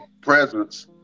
presence